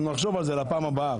אנחנו נחשוב על זה לפעם הבאה,